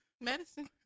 medicine